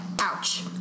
ouch